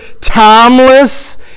Timeless